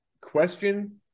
question